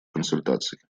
консультаций